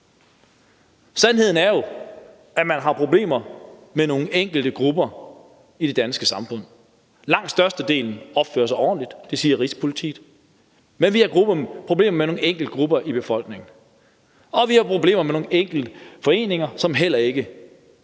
Sandheden er jo, at man har problemer med nogle enkelte grupper i det danske samfund. Langt størstedelen opfører sig ordentligt; det siger Rigspolitiet. Men vi har problemer med nogle enkelte grupper i befolkningen, og vi har problemer med nogle enkelte foreninger, som heller ikke